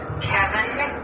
Kevin